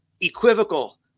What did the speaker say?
equivocal